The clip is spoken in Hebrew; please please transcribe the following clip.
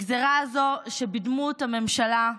הגזרה הזו בדמות הממשלה,